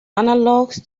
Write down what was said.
analogs